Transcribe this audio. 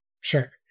Sure